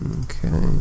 Okay